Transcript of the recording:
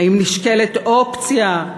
האם נשקלת אופציה,